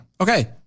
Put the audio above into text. Okay